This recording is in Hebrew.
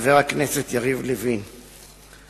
חבר הכנסת יריב לוין,